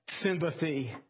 Sympathy